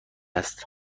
است